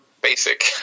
basic